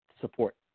support